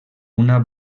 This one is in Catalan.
una